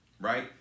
Right